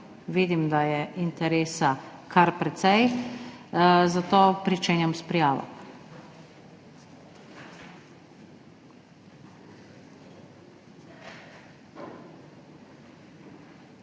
Vidim, da je interesa kar precej, zato pričenjam s prijavo.